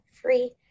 free